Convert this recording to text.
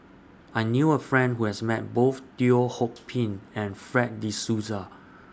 I knew A Person Who has Met Both Teo Ho Pin and Fred De Souza